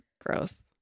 gross